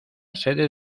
sede